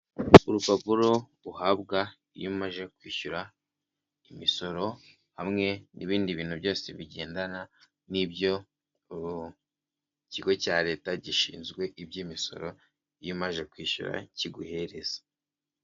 Urupapuro uhabwa iyo umaze kwishyura imisoro hamwe n'ibindi bintu byose bigendana n'ibyo ikigo cya leta gishinzwe iby'imisoro iyo umaze kwishyura kiguhereza.